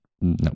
No